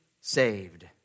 saved